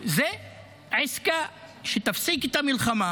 הוא עסקה שתפסיק את המלחמה